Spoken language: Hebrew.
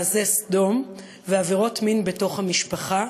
מעשי סדום ועבירות מין בתוך המשפחה